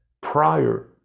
prior